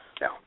No